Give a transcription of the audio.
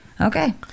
Okay